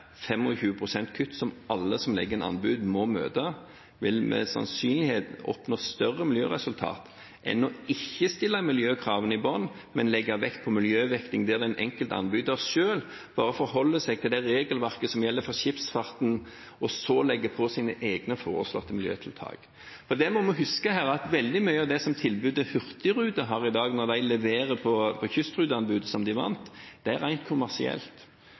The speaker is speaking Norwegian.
kutt, som alle som legger inn anbud, må møte – vil med sannsynlighet gi større miljøresultater enn ikke å stille miljøkravene i bunnen, men legge vekt på miljøvekting der den enkelte anbyder selv bare forholder seg til det regelverket som gjelder for skipsfarten, og så legger på sine egne foreslåtte miljøtiltak. Det vi må huske, er at veldig mye av tilbudet Hurtigruten har i dag, når de leverer på kystruteanbudet – som de vant – er rent kommersielt.